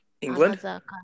England